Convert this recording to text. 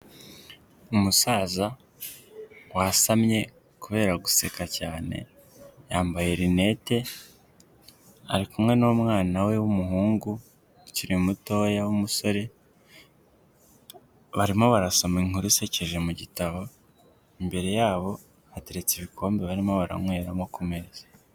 Umusaza wasamye kubera guseka cyane. Yambaye linete, ari kumwe n'umwana we w'umuhungu ukiri mutoya w'umusore. Barimo barasoma inkuru isekeje mu gitabo, imbere yabo hateretse ibikombe barimo baranyweramo ku meza.